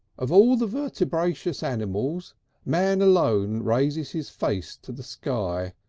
of all the vertebracious animals man alone raises his face to the sky,